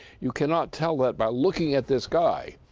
you cannot tell that by looking at this guy,